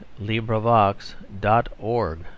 LibriVox.org